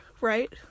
right